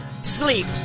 sleep